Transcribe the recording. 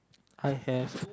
I have